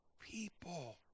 people